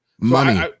Money